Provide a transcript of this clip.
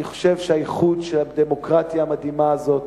אני חושב שהייחוד של הדמוקרטיה המדהימה הזאת